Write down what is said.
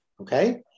okay